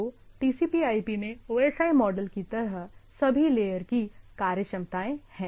तो TCPIP में O S I model की तरह सभी लेयर की कार्यक्षमताए है